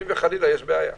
אם וחלילה תהיה בעיה.